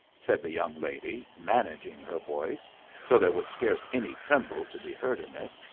said the young lady, managing her voice so there was scarce any tremble to be heard in it.